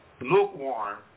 lukewarm